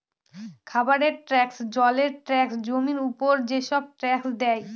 খাবারের ট্যাক্স, জলের ট্যাক্স, জমির উপর যেসব ট্যাক্স দেয়